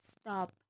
stop